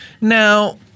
Now